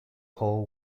hall